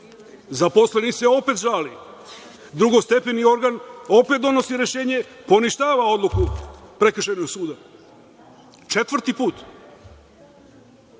Zaposleni se opet žali. Drugostepeni organ opet donosi rešenje, poništava odluku Prekršajnog suda, četvrti put.